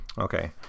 Okay